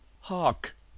Hark